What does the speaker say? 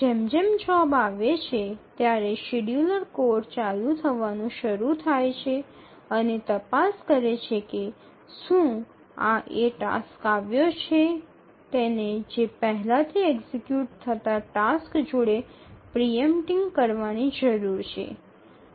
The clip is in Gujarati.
જેમ જેમ જોબ આવે છે ત્યારે શેડ્યૂલર કોડ ચાલુ થવાનું શરૂ થાય છે અને તપાસ કરે છે કે શું આ જે ટાસ્ક આવ્યો છે તેને જે પહેલાથી એક્ઝિકયુટ થતાં ટાસ્ક જોડે પ્રિ ઇમ્પેટિંગ કરવાની જરૂર છે